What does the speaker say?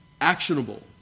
actionable